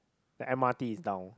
the m_r_t is down